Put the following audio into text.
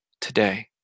today